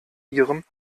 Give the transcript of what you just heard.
ihrem